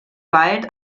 wald